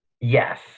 Yes